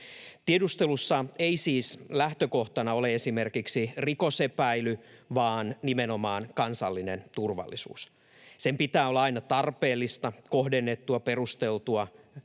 Tiedustelussa ei siis lähtökohtana ole esimerkiksi rikosepäily vaan nimenomaan kansallinen turvallisuus. Sen pitää olla aina tarpeellista, kohdennettua, perusteltua,